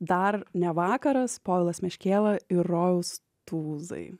dar ne vakaras povilas meškėla ir rojaus tūzai